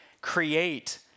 create